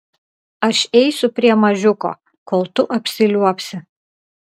aš eisiu prie mažiuko kol tu apsiliuobsi